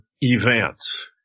events